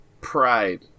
pride